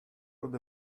hold